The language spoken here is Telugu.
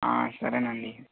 సరేనండి